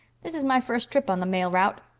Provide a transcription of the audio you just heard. this is my first trip on the mail rowte.